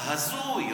הזוי.